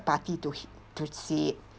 party to see it